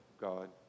God